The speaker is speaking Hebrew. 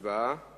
היא נגד.